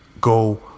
Go